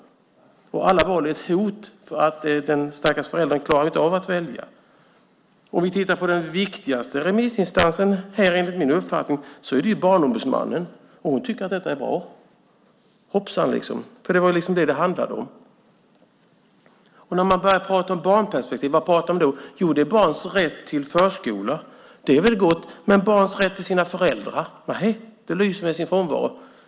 Alla val ses som ett hot, för den stackars föräldern klarar inte av att välja. Den viktigaste remissinstansen är enligt min uppfattning Barnombudsmannen. Hon tycker att detta är bra. Hoppsan! Är det inte barn denna fråga handlar om? När man tar upp barnperspektiv, vad handlar det då om? Jo, man talar om barns rätt till förskola. Det är väl gott, men barns rätt till sina föräldrar lyser med sin frånvaro.